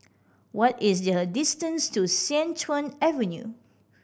what is the distance to Sian Tuan Avenue